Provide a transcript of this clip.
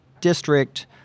district